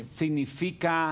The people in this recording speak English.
significa